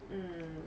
mm